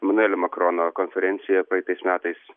emanuelio makrono konferencijoje praeitais metais